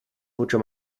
mucho